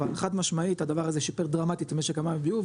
אבל חד משמעית הדבר הזה שיפר דרמטית את משק המים והביוב,